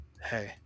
Hey